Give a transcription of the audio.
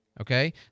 Okay